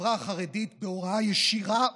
בחברה החרדית, בהוראה ישירה,